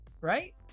right